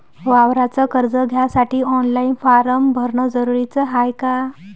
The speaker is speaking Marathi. वावराच कर्ज घ्यासाठी ऑनलाईन फारम भरन जरुरीच हाय का?